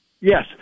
Yes